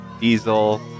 Diesel